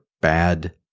bad